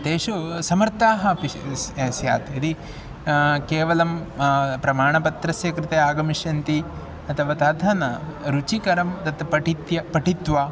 तेषु समर्थाः अपि सः स्यात् यदि केवलं प्रमाणपत्रस्य कृते आगमिष्यन्ति अतवा तथा न रुचिकरं तत् पठित्वा पठित्वा